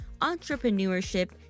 entrepreneurship